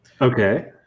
Okay